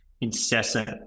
incessant